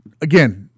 Again